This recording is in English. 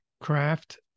craft